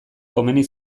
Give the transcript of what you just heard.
komeni